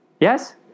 yes